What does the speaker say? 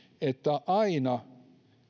että aina